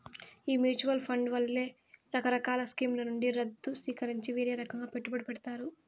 ఈ mutual fund వాళ్లే రకరకాల స్కీంల నుండి దుద్దు సీకరించి వీరే రకంగా పెట్టుబడి పెడతారు